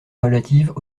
relatives